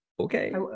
okay